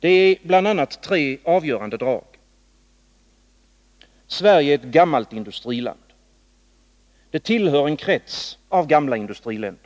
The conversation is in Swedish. Det är framför allt tre avgörande drag. Sverige är ett gammalt industriland. Det tillhör en krets av gamla industriländer.